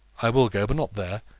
i will go, but not there.